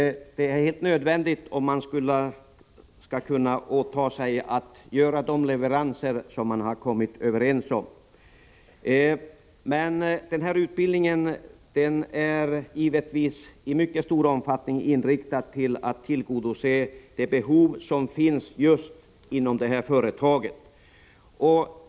Det är helt nödvändigt om företaget skall kunna fullgöra de leveranser som man kommit överens om. Men denna utbildning är givetvis i mycket stor omfattning inriktad på att tillgodose behoven just inom detta företag.